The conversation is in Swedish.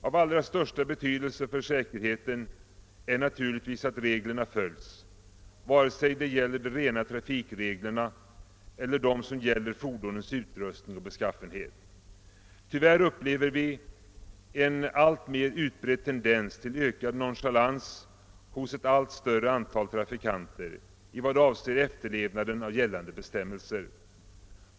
Av allra största betydelse för säkerheten är naturligtvis att reglerna följs, vare sig det är fråga om de rena trafikreglerna eller dem som gäller fordonens utrustning och beskaffenhet. Tyvärr upplever vi en alltmer utbredd tendens till ökad nonchalans hos ett allt större antal trafikanter när det gäller efterlevnaden av gällande bestämmelser.